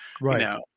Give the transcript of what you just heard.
Right